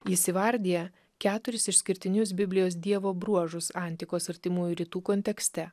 jis įvardija keturis išskirtinius biblijos dievo bruožus antikos artimųjų rytų kontekste